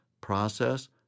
process